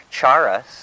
charas